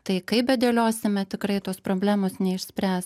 tai kaip bedėliosime tikrai tos problemos neišspręs